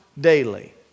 daily